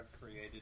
created